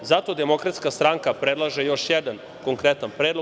Zato Demokratska stranka predlaže još jedan konkretan predlog.